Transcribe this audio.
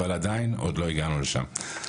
אבל עדיין עוד לא הגענו לשם.